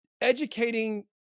educating